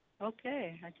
okay